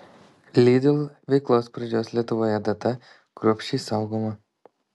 lidl veiklos pradžios lietuvoje data kruopščiai saugoma